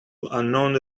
unknown